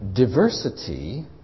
diversity